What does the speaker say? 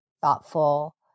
thoughtful